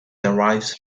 derives